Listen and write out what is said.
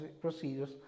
procedures